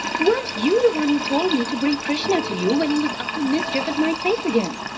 weren't you the one who told me to bring krishna to you when he, was up to mischief at my place again?